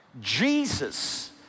Jesus